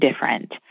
different